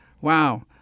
Wow